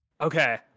Okay